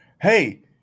Hey